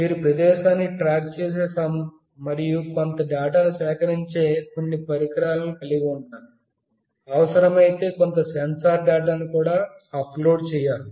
మీరు ప్రదేశాన్ని ట్రాక్ చేసే మరియు కొంత డేటాను సేకరించే కొన్ని పరికరాలను కలిగి ఉండాలి అవసరమైతే కొంత సెన్సార్ డేటాను కూడా అప్లోడ్ చేయాలి